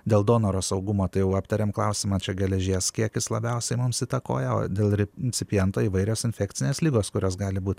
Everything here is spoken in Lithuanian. dėl donoro saugumo tai jau aptarėm klausimą čia geležies kiekis labiausiai mums įtakoja o dėl recipiento įvairios infekcinės ligos kurios gali būt